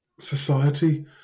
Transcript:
Society